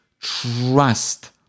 Trust